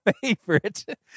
favorite